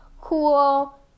cool